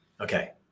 Okay